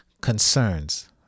concerns